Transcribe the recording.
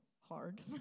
hard